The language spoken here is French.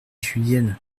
julienne